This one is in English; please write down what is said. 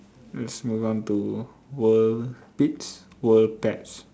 let's move on to world pete's world pets